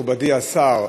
מכובדי השר,